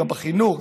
גם בחינוך,